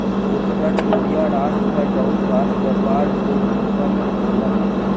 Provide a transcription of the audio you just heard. उत्तर कोरिया राष्ट्र पर बहुत राष्ट्र व्यापार रोध उत्पन्न कयलक